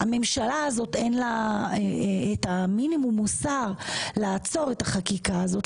לממשלה הזאת אין את המינימום מוסר לעצור את החקיקה הזאת,